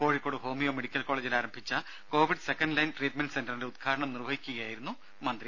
Kozhikode homeo medical കോളജിൽ ആരംഭിച്ച Covid second line treatment സെന്ററിന്റെ ഉദ്ഘാടനം നിർവഹിക്കുകയായിരുന്നു മന്ത്രി